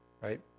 Right